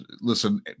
listen